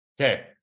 Okay